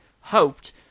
hoped